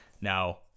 Now